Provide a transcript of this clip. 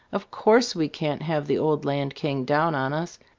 of course we can't have the old land king down on us.